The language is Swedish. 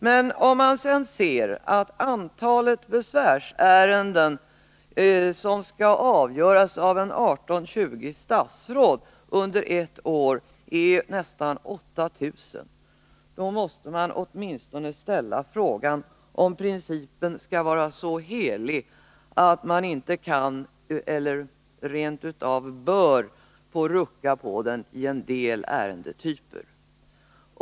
Men om man sedan ser att antalet besvärsärenden som skall avgöras av 18-20 statsråd under ett år är nästan 8 000, måste man åtminstone ställa frågan om principen skall vara så helig att man inte kan — eller rent av inte bör — få rucka på den i en del ärendetyper.